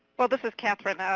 well, this is catherine.